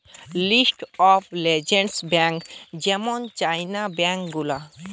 list of largest bank যেমন চাইনার bank গুলা